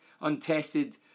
untested